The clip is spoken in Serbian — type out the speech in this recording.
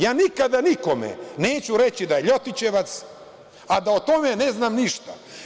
Ja nikada nikome neću reći da je ljotićevac, a da o tome ne znam ništa.